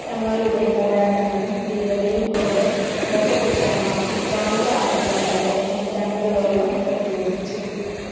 തങ്ങളുടെ പോരാട്ടങ്ങളും ധീരതയും കൊണ്ട് രജപുത്രന്മാർ ഇസ്ലാമിക ആക്രമണങ്ങളെ നൂറ്റാണ്ടുകളോളം പ്രതിരോധിച്ചു